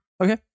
Okay